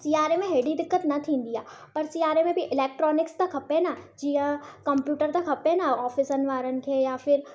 सियारे में हेॾी दिक़त न थींदी आहे पर सियारे में बि इलेक्ट्रॉनिक्स त खपे न जीअं कंप्यूटर त खपे न ऑफ़िसनि वारनि खे या फिर